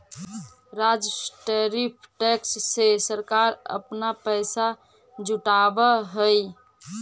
राजस्व tariff tax से सरकार अपना पैसा जुटावअ हई